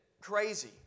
crazy